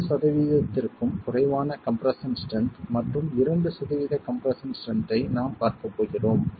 5 சதவீதத்திற்கும் குறைவான compression strength மற்றும் 2 சதவீத கம்ப்ரெஸ்ஸன் ஸ்ட்ரென்த் ஐ நாம் பார்க்கப் போகிறோம்